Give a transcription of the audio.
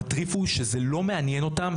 הקטע המטריף הוא שזה לא מעניין אותם,